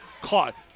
caught